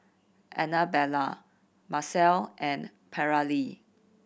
Annabella Marcel and Paralee